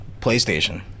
PlayStation